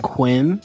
Quinn